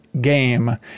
game